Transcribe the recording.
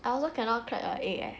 I also cannot crack an egg eh